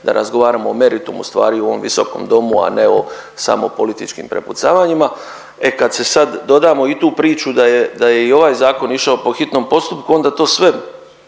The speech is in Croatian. da razgovaramo o meritumu stvari u ovom visokom domu, a ne o samo političkim prepucavanjima, e kad se sad dodamo i tu priču da je, da je i ovaj zakon išao po hitnom postupku, onda to sve